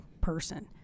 person